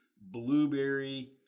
blueberry